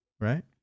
right